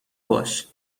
باش